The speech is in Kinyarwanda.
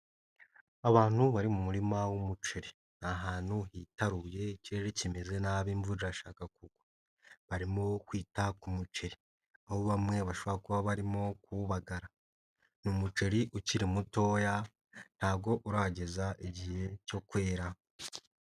Abantu bari mu murima w'umuceri. Ni ahantu hitaruye, ikirere kimeze nabi imvura ashaka kugwa. Barimo kwita ku muceri, aho bamwe bashobora kuba barimo kuwubagara. Ni umuceri ukiri mutoya, ntabwo urageza igihe cyo kwera.